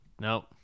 nope